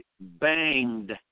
banged